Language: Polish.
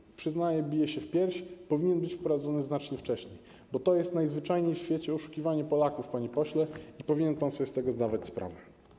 I przyznaję, biję się w pierś: powinien być wprowadzony znacznie wcześniej, bo to jest najzwyczajniej w świecie oszukiwanie Polaków, panie pośle, i powinien pan sobie z tego zdawać sprawę.